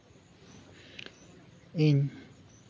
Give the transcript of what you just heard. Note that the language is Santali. ᱤᱧ